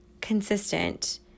consistent